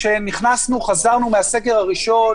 חזרנו מהסגר הראשון